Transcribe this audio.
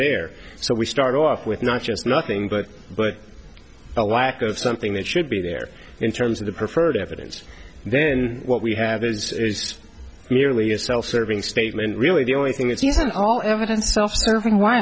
there so we start off with not just nothing but but a lack of something that should be there in terms of the preferred evidence then what we have is merely a self serving statement really the only thing that's used in all evidence self serving why